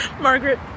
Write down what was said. margaret